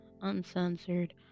uncensored